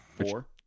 Four